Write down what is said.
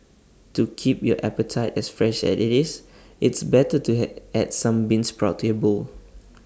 to keep your appetite as fresh as IT is it's better to had add some bean sprouts to your bowl